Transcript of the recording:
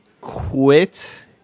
quit